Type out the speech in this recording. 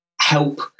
help